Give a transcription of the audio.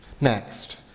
Next